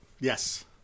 Yes